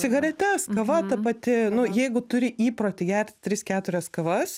cigaretes kava ta pati nu jeigu turi įprotį gerti tris keturias kavas